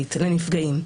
רלוונטית לנפגעים.